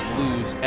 lose